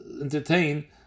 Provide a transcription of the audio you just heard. entertain